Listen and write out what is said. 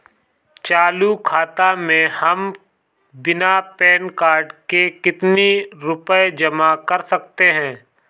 चालू खाता में हम बिना पैन कार्ड के कितनी रूपए जमा कर सकते हैं?